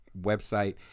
website